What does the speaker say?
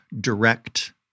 direct